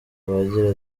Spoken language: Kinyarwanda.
agira